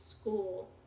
school